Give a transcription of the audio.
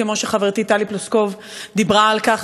כמו שחברתי טלי פלוסקוב דיברה על כך.